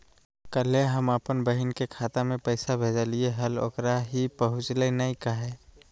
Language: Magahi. कल्हे हम अपन बहिन के खाता में पैसा भेजलिए हल, ओकरा ही पहुँचलई नई काहे?